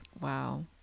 wow